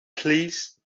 please